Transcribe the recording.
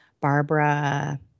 Barbara